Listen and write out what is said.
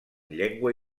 llengua